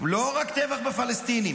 לא רק טבח בפלסטינים,